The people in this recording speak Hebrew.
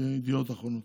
ידיעות אחרונות.